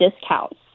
discounts